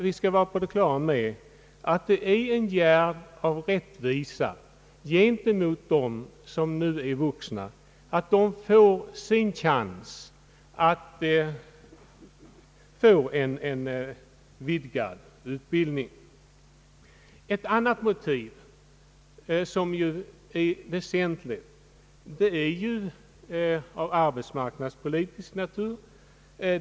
Vi skall vara på det klara med att det är en gärd av rättvisa mot dem som nu är vuxna att de får sin chans till en vidgad utbildning. Ett annat väsentligt motiv är av arbetsmarknadspolitisk natur.